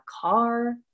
car